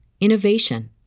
innovation